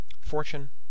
fortune